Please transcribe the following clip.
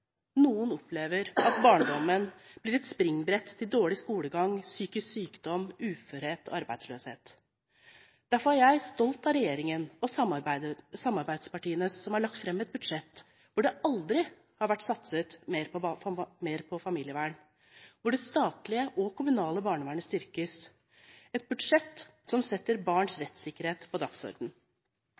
Noen opplever at barndommen blir et springbrett til dårlig skolegang, psykisk sykdom, uførhet og arbeidsløshet. Derfor er jeg stolt av regjeringen og samarbeidspartiene, som har lagt fram et budsjett som satser mer på familievern enn noen gang, og hvor det statlige og kommunale barnevernet styrkes – et budsjett som setter barns rettsikkerhet på